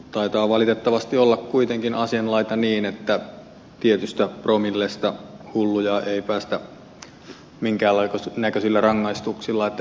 taitaa valitettavasti olla kuitenkin asianlaita niin että tietystä promillesta hulluja ei päästä minkään näköisillä rangaistuksilla